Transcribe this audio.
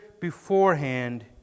beforehand